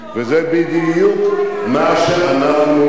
וזה בדיוק מה שאנחנו,